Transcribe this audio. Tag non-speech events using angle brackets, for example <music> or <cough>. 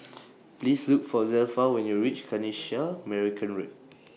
<noise> Please Look For Zelpha when YOU REACH Kanisha Marican Road